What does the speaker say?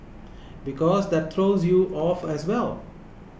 because that throws you off as well